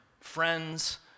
friends